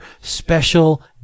Special